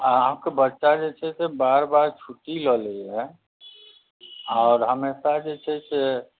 अहाँके बच्चा जे छै से बार बार छुट्टी लऽ लैय आओर हमेशा जे छै से